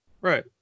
Right